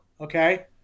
Okay